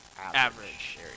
average